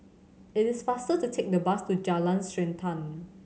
it is faster to take the bus to Jalan Srantan